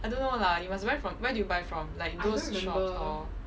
I don't know lah you must buy from where do you buy from like those street store